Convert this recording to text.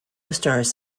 stars